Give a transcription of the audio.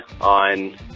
on